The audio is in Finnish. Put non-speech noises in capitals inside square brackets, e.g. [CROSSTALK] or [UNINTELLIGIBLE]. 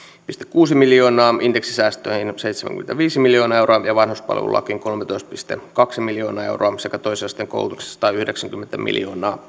kuusi miljoonaa euroa indeksisäästöihin seitsemänkymmentäviisi miljoonaa euroa ja vanhuspalvelulakiin kolmetoista pilkku kaksi miljoonaa euroa sekä satayhdeksänkymmentä miljoonaa [UNINTELLIGIBLE]